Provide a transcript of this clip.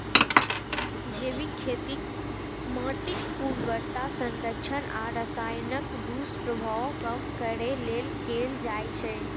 जैविक खेती माटिक उर्वरता संरक्षण आ रसायनक दुष्प्रभाव कम करै लेल कैल जाइ छै